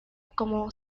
como